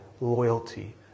loyalty